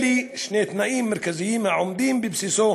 אלה שני תנאים מרכזיים העומדים בבסיסו